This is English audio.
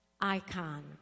icon